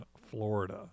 Florida